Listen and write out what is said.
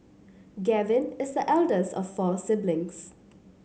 Gavin is the eldest of four siblings